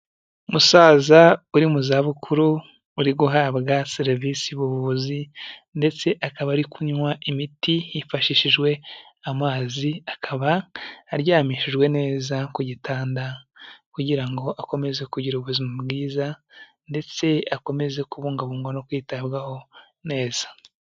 Umusaza uri mu zabukuru uri guhabwa serivisi z'ubuvuzi ndetse akaba ari kunywa imiti hifashishijwe amazi, akaba aryamishijwe neza ku gitanda kugira ngo akomeze kugira ubuzima bwiza, ndetse akomeze kubungabungwa no kwitabwaho neza.